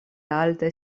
altaj